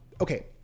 Okay